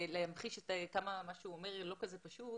להמחיש כמה שהוא אומר לא כזה פשוט.